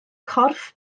corff